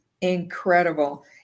incredible